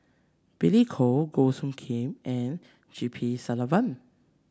Billy Koh Goh Soo Khim and G P Selvam